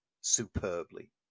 superbly